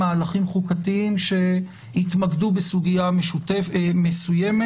מהלכים חוקתיים שהתמקדו בסוגיה מסוימת.